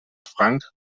frank